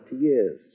years